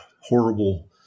horrible